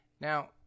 Now